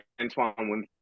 Antoine